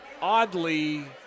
oddly